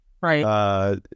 Right